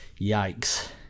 yikes